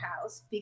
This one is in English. house